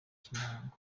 cy’imihango